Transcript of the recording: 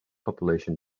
population